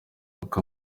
uko